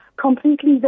completely